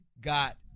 got